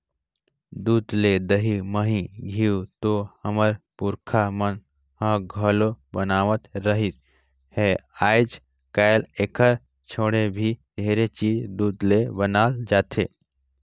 दूद ले दही, मही, घींव तो हमर पूरखा मन ह घलोक बनावत रिहिस हे, आयज कायल एखर छोड़े भी ढेरे चीज दूद ले बनाल जाथे